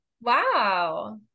Wow